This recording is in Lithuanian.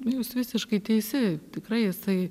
jūs visiškai teisi tikrai jisai